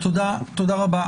תודה רבה.